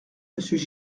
monsieur